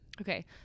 Okay